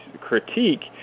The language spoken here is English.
critique